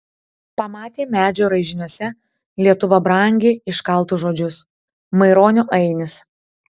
pamatė medžio raižiniuose lietuva brangi iškaltus žodžius maironio ainis